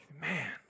man